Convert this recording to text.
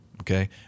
Okay